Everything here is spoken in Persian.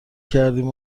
کردیم